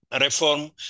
Reform